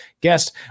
guest